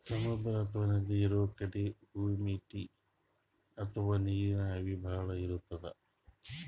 ಸಮುದ್ರ ಅಥವಾ ನದಿ ಇರದ್ ಕಡಿ ಹುಮಿಡಿಟಿ ಅಥವಾ ನೀರಿನ್ ಆವಿ ಭಾಳ್ ಇರ್ತದ್